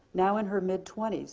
now in her mid twenty s,